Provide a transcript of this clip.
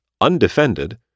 undefended